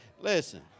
Listen